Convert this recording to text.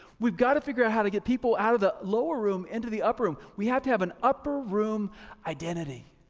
we've got to figure out how to get people out of the lower room into the upper room, we have to have an upper room identity.